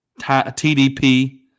TDP